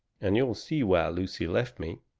and you'll see why lucy left me.